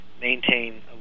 maintain